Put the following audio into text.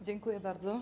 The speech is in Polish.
Dziękuję bardzo.